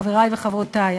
חברי וחברותי,